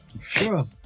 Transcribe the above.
Sure